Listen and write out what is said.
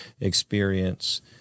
experience